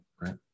right